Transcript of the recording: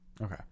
Okay